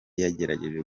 yagerageje